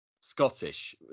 Scottish